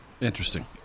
Interesting